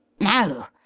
No